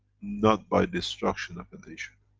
not by destruction of a nation.